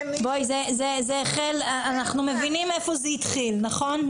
אנחנו מבינים מאיפה זה התחיל, נכון?